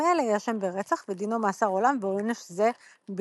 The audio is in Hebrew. מאלה יאשם ברצח ודינו – מאסר עולם ועונש זה בלבד".